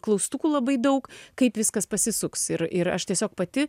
klaustukų labai daug kaip viskas pasisuks ir ir aš tiesiog pati